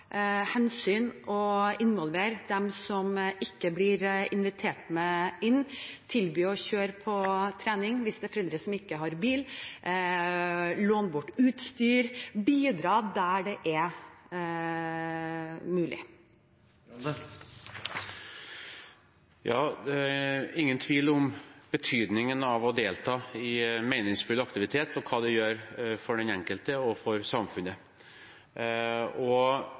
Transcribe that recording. hensyn til og involvere dem som ikke blir invitert med inn, tilby å kjøre til trening hvis det er foreldre som ikke har bil, låne bort utstyr – bidra der det er mulig. Det er ingen tvil om betydningen av å delta i meningsfulle aktiviteter og hva det gjør for den enkelte og for samfunnet.